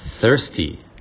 thirsty